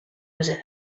base